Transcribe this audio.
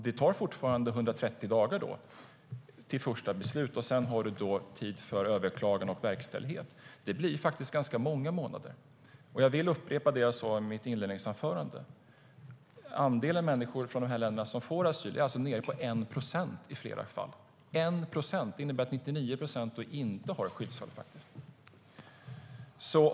Det tar fortfarande 130 dagar till första beslut, och sedan har man tid för överklagande och verkställighet. Det blir ganska många månader. Jag vill upprepa det som jag sa i mitt första anförande. Andelen människor från dessa länder som får asyl är nere på 1 procent i flera fall. Det innebär att 99 procent inte har skyddsskäl.